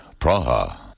Praha